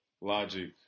Logic